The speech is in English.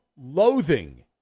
loathing